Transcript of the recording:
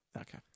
Okay